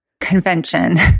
convention